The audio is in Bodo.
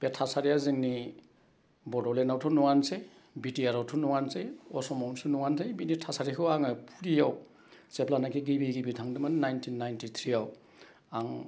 बे थासारिया जोंनि बड'लेण्डआवथ' नुवानसै बिटिआरावथ' नुवानसै असमावथ' नुवानसै बिनि थासारिखौ आङो पुरियाव जेब्लानाखि गिबि गिबि थांदोंमोन नाइनटिन नाइनटिट्रियाव आं